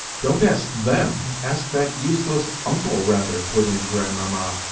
don't ask them, ask that useless uncle, rather, put in grandmamma,